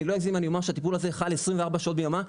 אני לא אגזים אם אני אומר שהטיפול הזה חל 24 שעות ביממה,